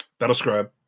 Battlescribe